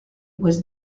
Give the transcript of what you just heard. was